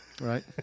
Right